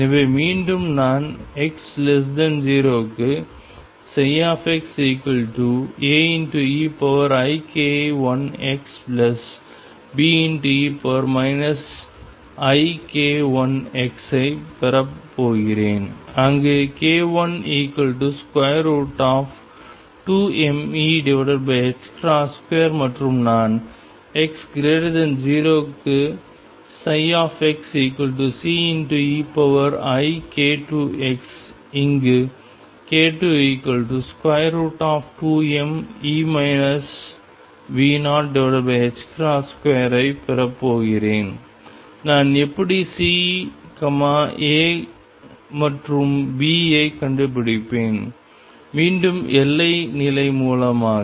எனவே மீண்டும் நான் x0 க்கு xAeik1xBe ik1x ஐப் பெறப் போகிறேன் அங்கு k12mE2 மற்றும் நான் x0 க்கு xCeik2xஇங்குk22m2 ஐப் பெறப் போகிறேன் நான் எப்படி C A மற்றும் B ஐக் கண்டுபிடிப்பேன் மீண்டும் எல்லை நிலை மூலமாக